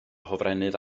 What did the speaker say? hofrennydd